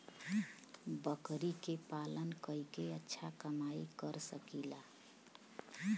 बकरी के पालन करके अच्छा कमाई कर सकीं ला?